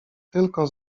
tylko